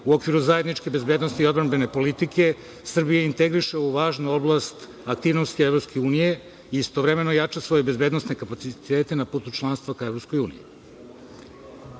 u okviru zajedničke bezbednosti i odbrambene politike Srbija integriše u važnu oblast aktivnosti EU i istovremeno jača svoje bezbednosne kapacitete na putu članstva ka